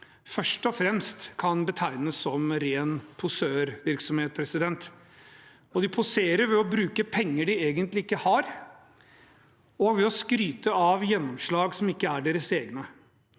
først og fremst kan betegnes som ren posørvirksomhet. De poserer ved å bruke penger de egentlig ikke har, og ved å skryte av gjennomslag som ikke er deres egne.